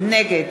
נגד